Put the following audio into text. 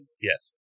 Yes